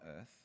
earth